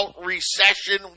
recession